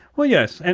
well, yes. and